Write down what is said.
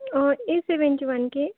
ए seventy one के